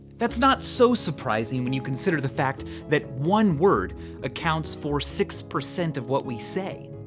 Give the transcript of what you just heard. that's not so surprising when you consider the fact that one word accounts for six percent of what we say.